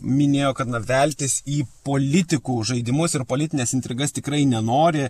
minėjo kad na veltis į politikų žaidimus ir politines intrigas tikrai nenori